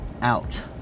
out